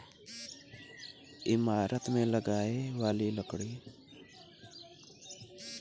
ईमारत मे लगाए वाली लकड़ी